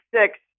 six